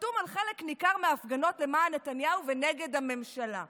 שחתום על חלק ניכר מההפגנות למען נתניהו ונגד הממשלה.